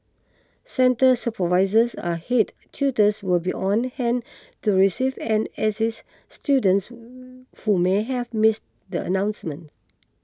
centre supervisors and head tutors will be on hand to receive and assist students who may have miss the announcement